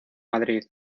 madrid